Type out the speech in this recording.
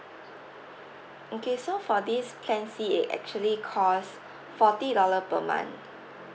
okay so for this plan C it actually cost forty dollar per month